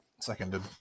Seconded